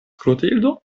klotildo